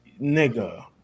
Nigga